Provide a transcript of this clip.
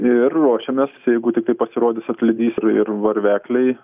ir ruošiamės jeigu tiktai pasirodys atlydys ir varvekliai